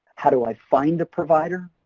how do i find a provider?